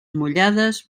mullades